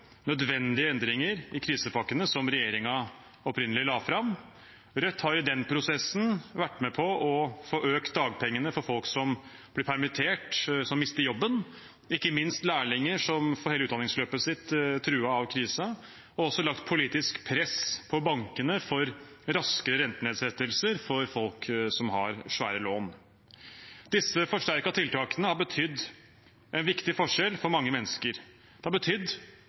nødvendige endringer i krisepakkene som regjeringen opprinnelig la fram. Rødt har i den prosessen vært med på å få økt dagpengene for folk som blir permittert, som mister jobben – ikke minst lærlinger, som får hele utdanningsløpet sitt truet av krisen – og også lagt politisk press på bankene for raskere rentenedsettelser for folk som har svære lån. Disse forsterkede tiltakene har betydd en viktig forskjell for mange mennesker. Det har betydd